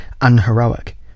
unheroic